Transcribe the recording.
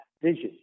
vision